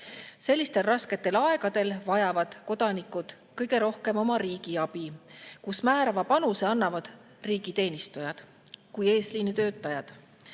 Sellistel rasketel aegadel vajavad kodanikud kõige rohkem oma riigi abi, mille korral määrava panuse annavad riigiteenistujad kui eesliinitöötajad.